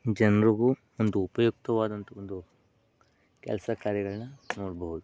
ಜನರಿಗೂ ಒಂದು ಉಪಯುಕ್ತವಾದಂಥ ಒಂದು ಕೆಲಸ ಕಾರ್ಯಗಳನ್ನು ನೋಡಬಹುದು